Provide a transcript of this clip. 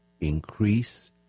increase